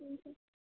ठीक है